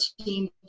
team